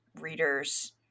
readers